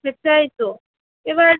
সেটাই তো এবার